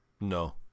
No